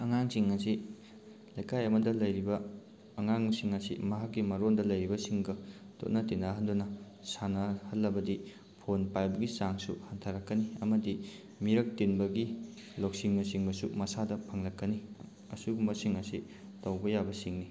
ꯑꯉꯥꯡꯁꯤꯡ ꯑꯁꯤ ꯂꯩꯀꯥꯏ ꯑꯃꯗ ꯂꯩꯔꯤꯕ ꯑꯉꯥꯡꯁꯤꯡ ꯑꯁꯤ ꯃꯍꯥꯛꯀꯤ ꯃꯔꯣꯜꯗ ꯂꯩꯔꯤꯕꯁꯤꯡꯒ ꯇꯣꯠꯅ ꯇꯤꯟꯅꯍꯟꯗꯨꯅ ꯁꯥꯟꯅꯍꯜꯂꯕꯗꯤ ꯐꯣꯟ ꯄꯥꯏꯕꯒꯤ ꯆꯥꯡꯁꯨ ꯍꯟꯊꯔꯛꯀꯅꯤ ꯑꯃꯗꯤ ꯃꯤꯔꯛ ꯇꯤꯟꯕꯒꯤ ꯂꯧꯁꯤꯡꯅꯆꯤꯡꯕꯁꯨ ꯃꯁꯥꯗ ꯐꯪꯂꯛꯀꯅꯤ ꯑꯁꯨꯝꯕꯁꯤꯡ ꯑꯁꯤ ꯇꯧꯕ ꯌꯥꯕ ꯁꯤꯡꯅꯤ